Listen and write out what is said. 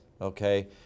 okay